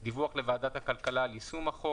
בנוגע לדיווח לוועדת הכלכלה על יישום החוק.